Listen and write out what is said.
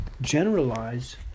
generalize